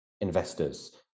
investors